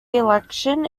election